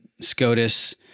SCOTUS